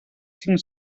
cinc